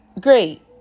great